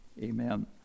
amen